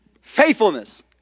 Faithfulness